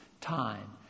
time